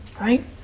Right